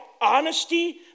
honesty